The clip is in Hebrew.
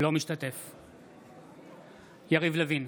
אינו משתתף בהצבעה יריב לוין,